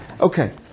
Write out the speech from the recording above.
okay